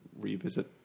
revisit